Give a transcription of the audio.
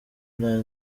nta